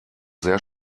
sehr